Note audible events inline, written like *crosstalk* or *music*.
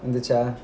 இந்த:intha *laughs*